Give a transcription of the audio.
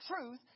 truth